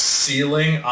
ceiling